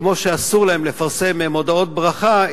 כמו שאסור להם לפרסם מודעות ברכה,